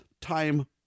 Time